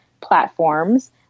platforms